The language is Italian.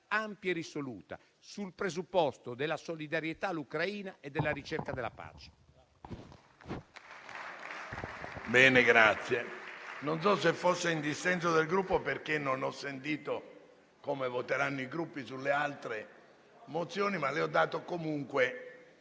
ampia e risoluta sul presupposto della solidarietà all'Ucraina e della ricerca della pace.